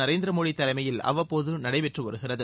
நரேந்திர மோடி தலைமையில் அவ்வப்போது நடைபெற்று வருகிறது